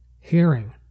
hearing